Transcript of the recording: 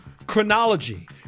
Chronology